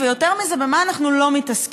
מתעסקים, ויותר מזה, במה אנחנו לא מתעסקים.